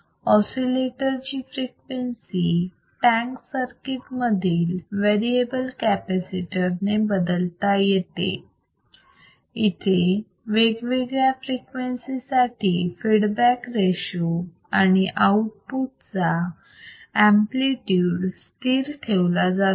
oscillator ची frequency tank circuit मधील variable capacitor ने बदलता येते येथे वेगवेगळ्या फ्रिक्वेन्सी साठी फीडबॅक रेशो आणि आउटपुट चा एम्पलीट्यूड स्थिर ठेवला जातो